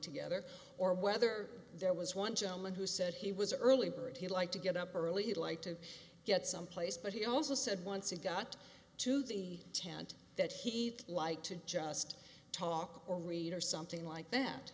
together or whether there was one gentleman who said he was an early bird he liked to get up early he'd like to get someplace but he also said once it got to the tent that he liked to just talk or read or something like that